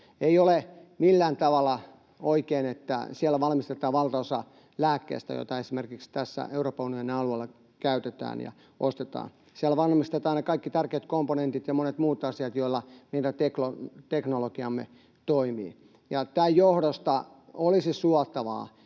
Ei ole millään tavalla oikein, että siellä valmistetaan valtaosa lääkkeistä, joita esimerkiksi tässä Euroopan unionin alueella käytetään ja ostetaan. Siellä valmistetaan ne kaikki tärkeät komponentit ja monet muut asiat, joilla meidän teknologiamme toimii, ja tämän johdosta olisi suotavaa,